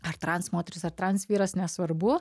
ar trans moteris ar trans vyras nesvarbu